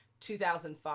2005